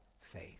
faith